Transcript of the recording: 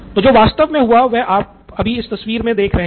तो जो वास्तव में हुआ वह आप अभी इस तस्वीर मे देख रहे हैं